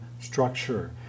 structure